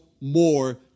more